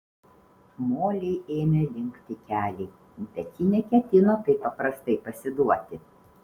molei ėmė linkti keliai bet ji neketino taip paprastai pasiduoti